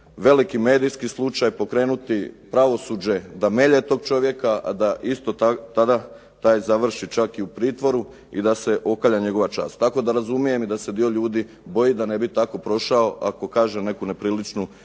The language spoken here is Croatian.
veliki medijski slučaj, pokrenuti pravosuđe da melje tog čovjeka a da isto tada taj završi čak i u pritvoru i da se opere njegova čast. Tako da razumijem i da se dio ljudi boji da ne bi tako prošao ako kaže neku nepriličnu